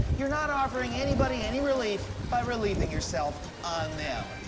you're not offering anybody any relief by relieving yourself on them.